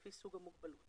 לפי סוג המוגבלות.